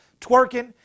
twerking